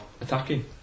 attacking